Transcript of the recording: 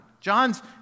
John's